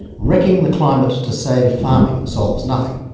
wrecking the climate to save farming solves nothing.